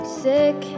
sick